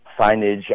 signage